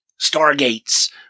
stargates